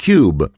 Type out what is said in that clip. Cube